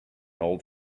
old